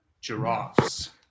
giraffes